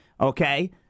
okay